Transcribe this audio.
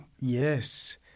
Yes